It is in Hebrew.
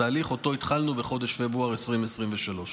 בתהליך שהתחלנו בחודש פברואר 2023,